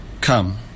Come